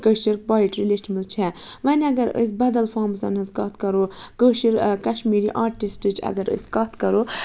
کٲشِر poetry لیچھمٕژ چھےٚ وۄنۍ اگر أسۍ بدل فامزَن ہٕنٛز کَتھ کرو کٲشِر کَشمیٖری آٹِسٹٕچ اگر أسی کَتھ کَرو